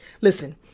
Listen